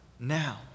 Now